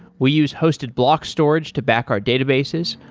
we use hosted block storage to back our databases,